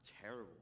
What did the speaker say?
terrible